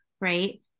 right